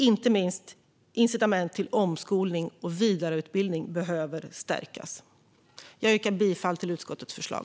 Inte minst incitamenten till omskolning och vidareutbildning behöver stärkas. Jag yrkar bifall till utskottets förslag.